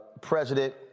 President